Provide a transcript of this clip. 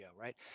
right